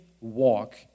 walk